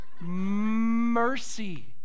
mercy